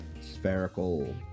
spherical